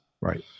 Right